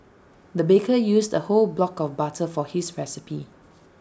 the baker used A whole block of butter for his recipe